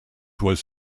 was